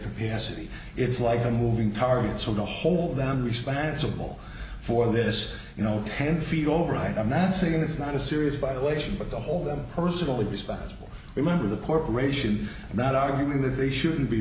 capacity it's like a moving target so no hold them responsible for this you know ten feet over right i'm not saying it's not a serious violation but the whole them personally responsible remember the corporation i'm not arguing that they shouldn't be